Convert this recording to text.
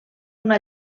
una